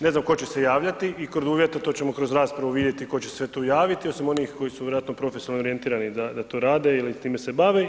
Ne znam tko će se javljati i kod uvjeta, to ćemo kroz raspravu vidjeti tko će se tu javiti, osim onih koji su vjerojatno profesionalno orijentirani da to rade ili time se bave.